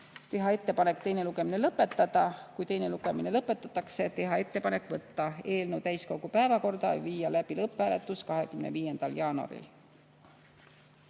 teha ettepanek teine lugemine lõpetada ja kui teine lugemine lõpetatakse, teha ettepanek võtta eelnõu täiskogu päevakorda ja viia läbi lõpphääletus 25. jaanuaril.